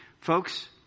Folks